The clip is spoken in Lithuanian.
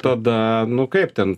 tada nu kaip ten